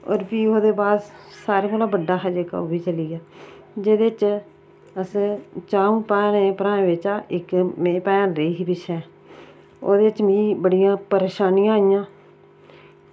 होर भी ओह्दे बाद सारें कोला बड्डा हा जेह्का ओह्बी चली आ जेह्दे च अस सारें भैन भ्राऐं चा भैन रेही ही मेरी इक्क ओह्दे च मिगी बड़ियां परेशानियां आइयां